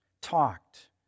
talked